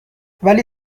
ولی